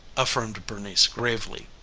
affirmed bernice gravely.